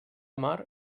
mar